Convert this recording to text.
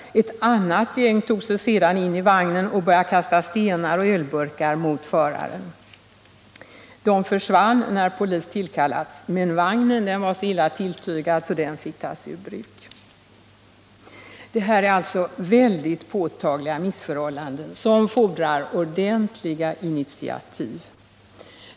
Ett annat gäng tog sig sedan in i vagnen och började kasta stenar och ölburkar mot föraren. De försvann när polis tillkallats, men vagnen var så illa hanterad att den fick tas ur bruk. Det här är alltså väldigt påtagliga missförhållanden, som fordrar ordentliga initiativ.